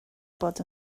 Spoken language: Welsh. bod